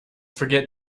forget